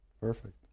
Perfect